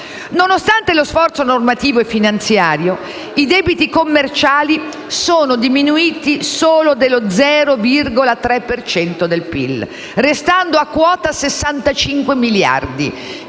Nonostante lo sforzo normativo e finanziario, i debiti commerciali sono diminuiti solo dello 0,3 per cento del PIL, restando a quota 65 miliardi.